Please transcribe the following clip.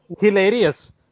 hilarious